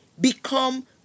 become